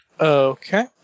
Okay